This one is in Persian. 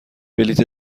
بلیط